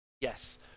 yes